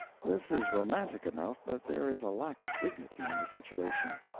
this is romantic enough, but there is a lack of dignity in the situation.